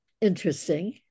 interesting